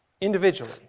individually